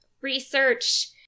research